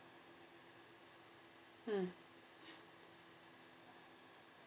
mm